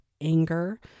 anger